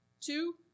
Two